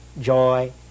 joy